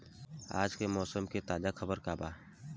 आज के मौसम के ताजा खबर का बा?